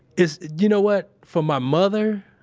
it's, you know what? for my mother,